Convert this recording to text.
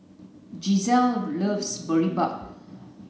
Gisele loves Boribap